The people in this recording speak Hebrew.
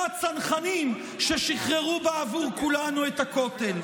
הצנחנים ששחררו בעבור כולנו את הכותל?